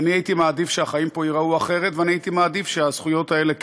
אני הייתי מעדיף שהחיים פה ייראו אחרת,